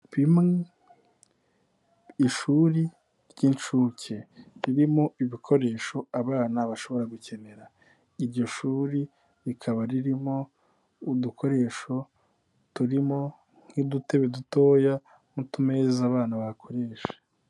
Ishuri ry'inshuke ririmo ibikoresho abana bashobora gukenera, iryo shuri rikaba ririmo udukoresho turimo nk'udutebe dutoya n'utumeza abana bakoresha.